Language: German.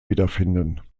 wiederfinden